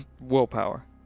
willpower